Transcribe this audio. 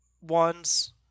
ones